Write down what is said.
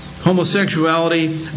homosexuality